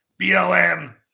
BLM